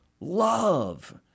Love